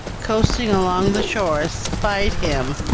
coasting along the shore, spied him